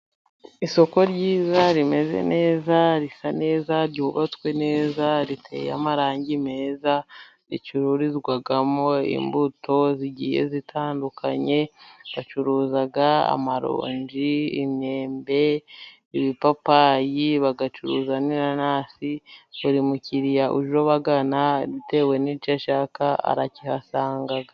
Isoko ryiza rimeze neza, risa neza ryubatswe neza riteye amarangi meza ricururizwamo imbuto z'igiye zitandukanye bacuruza amaronji imyembe ibipapayi bagacuruza n'inanasi buri mukiriya uje abagana atewe n'icyo ashaka arakihasangaga.